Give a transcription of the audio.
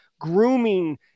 grooming